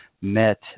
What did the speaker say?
met